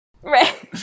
Right